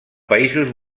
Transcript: països